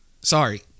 sorry